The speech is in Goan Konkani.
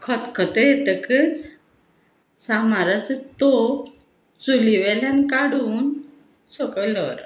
खतखतो येतकच सामाराचो तोप चुली वेल्यान काडून सकयल दवरप